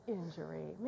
injury